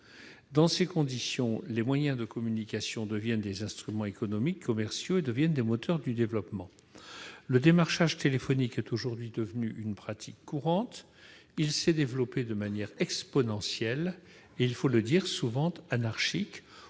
Dans ces conditions, ils deviennent des instruments économiques, commerciaux et des moteurs du développement. Le démarchage téléphonique est aujourd'hui devenu une pratique courante. Il s'est développé de manière exponentielle et, il faut le dire, souvent anarchique,